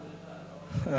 סליחה.